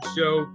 Show